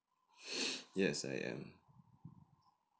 yes I am